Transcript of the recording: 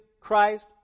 Christ